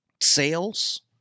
sales